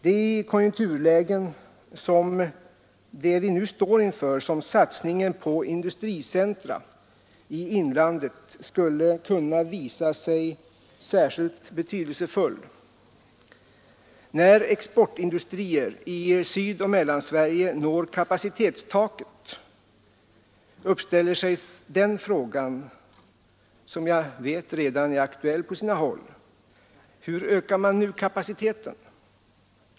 Det är i konjunturlägen som det vi nu står inför som satsningen på industricentra i inlandet skulle kunna visa sig särskilt betydelsefull. När exportindustrier i Sydoch Mellansverige når kapacitetstaket uppställer sig den frågan — som jag vet redan är aktuell på sina håll: Hur ökar man ut kapaciteten?